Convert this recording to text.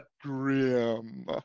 Grim